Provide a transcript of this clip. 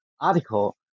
article